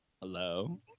Hello